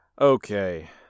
Okay